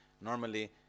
normally